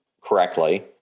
correctly